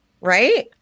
Right